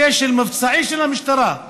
כשל מבצעי של המשטרה.